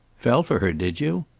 fell for her, did you?